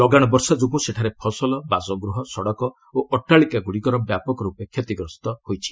ଲଗାଣ ବର୍ଷାଯୋଗ୍ରୁଁ ସେଠାରେ ଫସଲ ବାସଗୃହ ସଡ଼କ ଓ ଅଟ୍ଟାଳିକାଗ୍ରଡ଼ିକ ବ୍ୟାପକ ର୍ପେ କ୍ଷତିଗ୍ରସ୍ତ ହୋଇଛି